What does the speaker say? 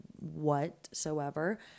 whatsoever